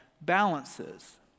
balances